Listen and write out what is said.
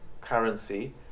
currency